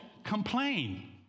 complain